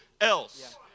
else